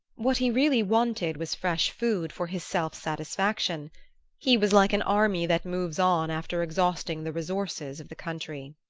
what he really wanted was fresh food for his self-satisfaction he was like an army that moves on after exhausting the resources of the country.